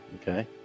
Okay